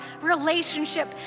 relationship